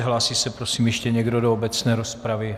Hlásí se prosím ještě někdo do obecné rozpravy?